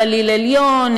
בגליל העליון,